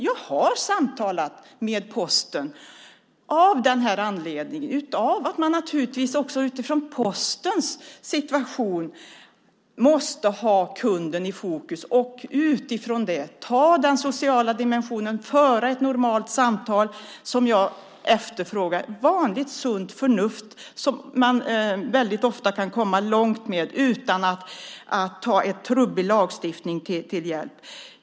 Jag har samtalat med Posten av den här anledningen. Man måste naturligtvis också från Postens sida ha kunden i fokus, ha den sociala dimensionen i åtanke och föra ett normalt samtal. Vanligt sunt förnuft kan man väldigt ofta komma långt med, utan att ta en trubbig lagstiftning till hjälp.